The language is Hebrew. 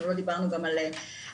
אנחנו לא דיברנו גם על התמכרות,